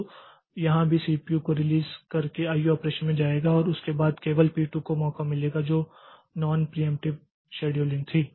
तो यहाँ भी यह CPU को रिलीज़ कर के IO ऑपरेशन में जाएगा और उसके बाद केवल P2 को मौका मिलेगा जो नॉन प्रियेंप्टिव शेड्यूलिंग थी